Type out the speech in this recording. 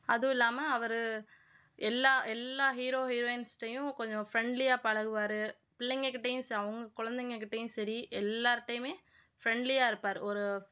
அதுவும் இல்லாமல் அவர் எல்லா எல்லா ஹீரோ ஹீரோயின்ஸ்ட்டேயும் கொஞ்சம் ஃப்ரெண்ட்லியாக பழகுவாரு பிள்ளைங்க கிட்டேயும் சரி அவங்க கொழந்தைங்க கிட்டேயும் சரி எல்லார்ட்டேயுமே ஃப்ரெண்ட்லியாக இருப்பார் ஒரு